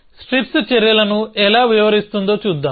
strips చర్యలను ఎలా వివరిస్తుందో చూద్దాం